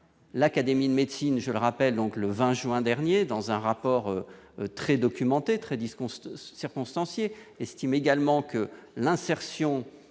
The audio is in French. l'Académie de médecine, je le rappelle, donc le 20 juin dernier dans un rapport très documenté, très 10 constat circonstanciés estime également que l'insertion